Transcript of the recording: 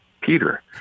Peter